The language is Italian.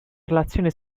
relazione